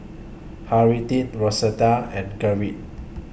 Harriette Rosetta and Gerrit